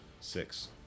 Six